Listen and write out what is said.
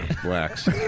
Blacks